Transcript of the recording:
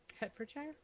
Hertfordshire